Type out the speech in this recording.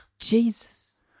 Jesus